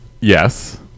yes